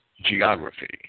Geography